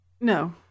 No